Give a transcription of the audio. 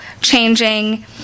changing